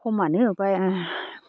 खमानो बाया